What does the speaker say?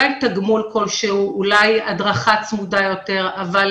אולי תגמול כלשהו, אולי הדרכה צמודה יותר, אבל